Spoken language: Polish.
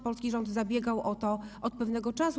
Polski rząd zabiegał o to od pewnego czasu.